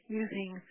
using